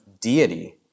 deity